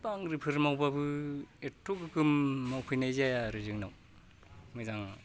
बांग्रिंफोर मावबाबो एथ' गोगोम मावफैनाय जाया आरो जोंनाव मोजां